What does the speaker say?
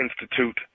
Institute